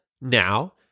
now